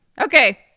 Okay